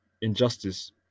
injustice